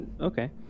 okay